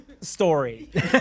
story